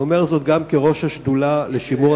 ואני אומר זאת גם כראש השדולה לשימור